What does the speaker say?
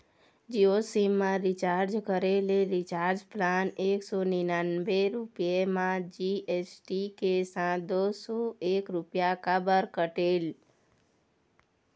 Jio sim मा recharge करे ले रिचार्ज प्लान एक सौ निन्यानबे रुपए मा जी.एस.टी के साथ दो सौ एक रुपया काबर कटेल?